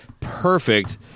perfect